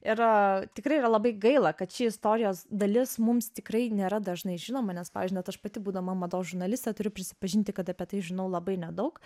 ir tikrai yra labai gaila kad ši istorijos dalis mums tikrai nėra dažnai žinoma nes pavyzdžiui net aš pati būdama mados žurnalistė turiu prisipažinti kad apie tai žinau labai nedaug